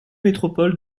métropoles